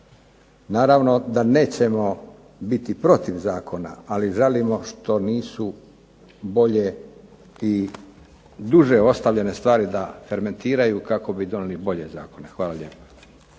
Naravno da nećemo biti protiv zakona, ali žalimo što nisu bolje i duže ostavljene stvari da fermentiraju kako bi donijeli bolje zakone. Hvala lijepa.